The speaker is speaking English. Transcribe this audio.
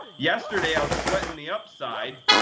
yesterday, i was sweating the upside.